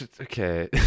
okay